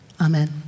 Amen